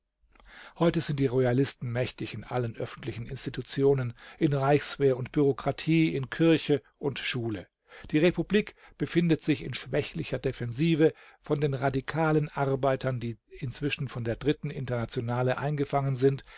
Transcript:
heute sind die royalisten mächtig in allen öffentlichen institutionen in reichswehr und bürokratie in kirche und schule die republik befindet sich in schwächlicher defensive von den radikalen arbeitern die inzwischen von der dritten internationale eingefangen sind